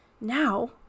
Now